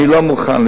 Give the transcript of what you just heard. אני לא מוכן,